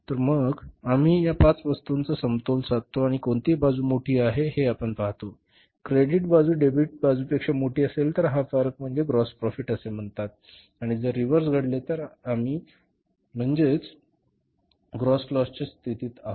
तर आम्ही या पाच वस्तूंचा समतोल साधतो आणि कोणती बाजू मोठी आहे हे आपण पाहतो क्रेडिट बाजू डेबिटच्या बाजूपेक्षा मोठी असेल तर हा फरक म्हणजे ग्रॉस प्रोफिट असे म्हणतात आणि जर रिव्हर्स घडले म्हणजेच क्रेडिट बाजूपेक्षा डेबिट बाजू मोठी असेल तर आपण ग्रॉस लॉस च्या स्थितीत आहोत